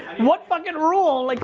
what fucking rule? like